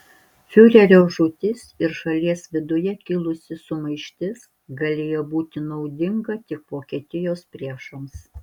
fiurerio žūtis ir šalies viduje kilusi sumaištis galėjo būti naudinga tik vokietijos priešams